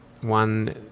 one